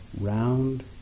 round